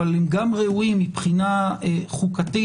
אבל הם גם ראויים מבחינה חוקתית,